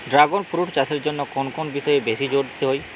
Dragon fruit চাষের জন্য কোন কোন বিষয়ে বেশি জোর দিতে হয়?